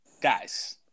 Guys